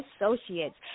Associates